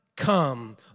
Come